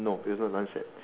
no it's not lunch yet